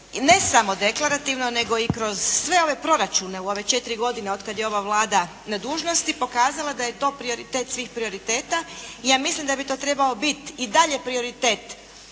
ne samo deklarativno, nego i kroz sve ove proračune u ove 4 godine otkad je ova Vlada na dužnosti pokazala da je to prioritet svih prioriteta. Ja mislim da bi to trebao biti i dalje prioritet